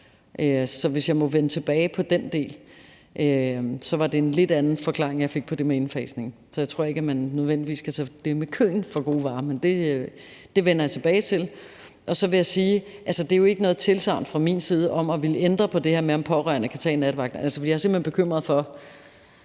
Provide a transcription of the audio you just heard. Så hvis jeg må vende tilbage til den del. Det var en lidt anden forklaring, jeg fik på det med indfasningen, så jeg tror ikke, at man nødvendigvis kan tage det med køen for gode varer, men det vender jeg tilbage til. Så vil jeg sige, at der jo ikke er noget tilsagn fra min side om at ville ændre på det her med, om pårørende kan tage en nattevagt. Jeg er simpelt hen bekymret for,